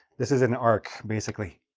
this is an arc, basically,